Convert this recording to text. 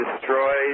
Destroyed